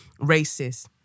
racist